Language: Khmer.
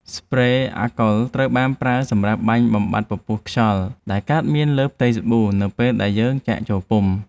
ស្ព្រេ អាកុល ត្រូវបានប្រើសម្រាប់បាញ់បំបាត់ពពុះខ្យល់ដែលកើតមានលើផ្ទៃសាប៊ូនៅពេលដែលយើងចាក់ចូលពុម្ព។